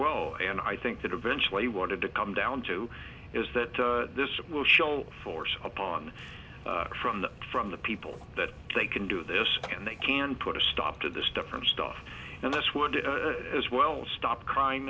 well and i think that eventually wanted to come down to is that this will show force upon from the from the people that they can do this and they can put a stop to this different stuff and this one as well stop crime